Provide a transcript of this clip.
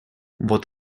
вот